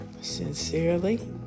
Sincerely